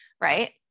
right